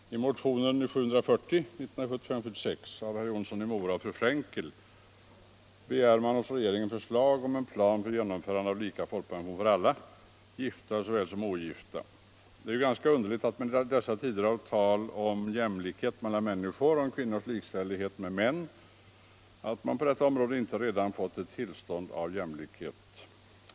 Det är ju ganska underligt, i dessa tider med tal om jämlikhet mellan människor och om kvinnors likställighet med män, att man på detta område inte redan fått ett tillstånd av jämlikhet.